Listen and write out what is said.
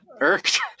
irked